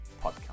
podcast